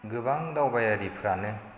गोबां दावबायारिफ्रानो